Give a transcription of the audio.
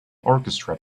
orchestra